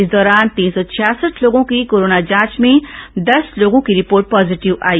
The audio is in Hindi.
इस दौरान तीन सौ छियासठ लोगों की कोरोना जांच में दस लोगों की रिपोर्ट पॉजिटिव आई